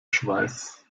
schweiß